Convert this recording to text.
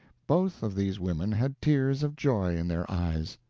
both of these women had tears of joy in their eyes.